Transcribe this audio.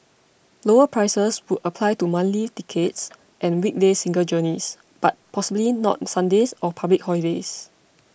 lower prices would apply to monthly tickets and weekday single journeys but possibly not Sundays or public holidays